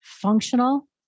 functional